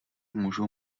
můžou